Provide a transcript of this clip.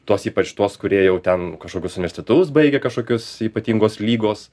tuos ypač tuos kurie jau ten kažkokius universitetus baigę kažkokius ypatingos lygos